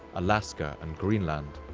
alaska, and greenland.